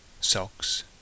socks